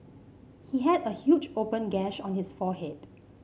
he had a huge open gash on his forehead